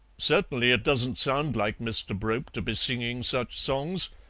certainly it doesn't sound like mr. brope to be singing such songs,